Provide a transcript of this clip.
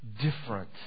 different